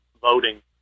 voting